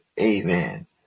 Amen